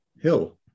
hill